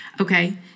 Okay